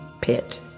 pit